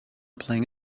playing